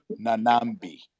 Nanambi